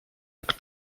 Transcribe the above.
jak